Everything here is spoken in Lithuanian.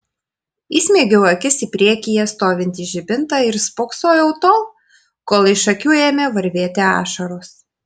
įsmeigiau akis į priekyje stovintį žibintą ir spoksojau tol kol iš akių ėmė varvėti ašaros